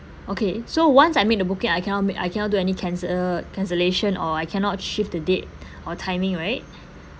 okay so once I made the booking I cannot I cannot do any cancel cancellation or I cannot shift the date or timing right